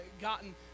gotten